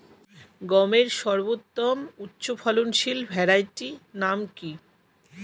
গমের সর্বোত্তম উচ্চফলনশীল ভ্যারাইটি নাম কি?